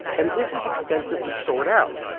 and this is expensive to sort out.